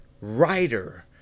writer